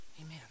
Amen